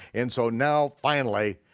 and so now finally,